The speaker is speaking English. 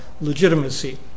legitimacy